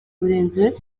urenze